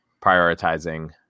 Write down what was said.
prioritizing